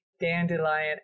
dandelion